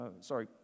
sorry